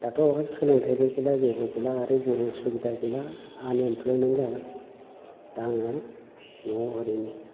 दाथ' आंहा सोलोंथायबो गैला जेबो गैला आरो जेबो सुबिदा गैला आनइमप्लयमेन्ट जाबाय दा आङो न'वाव ओरैनो